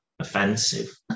offensive